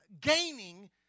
gaining